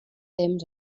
temps